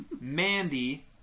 Mandy